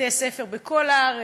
לבתי-ספר בכל הארץ,